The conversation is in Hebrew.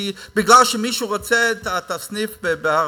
בגלל שמישהו רוצה את הסניף בהר-הצופים?